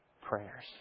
prayers